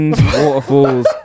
waterfalls